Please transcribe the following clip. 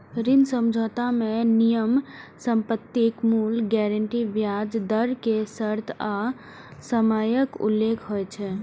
ऋण समझौता मे नियम, संपत्तिक मूल्य, गारंटी, ब्याज दर के शर्त आ समयक उल्लेख होइ छै